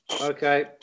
Okay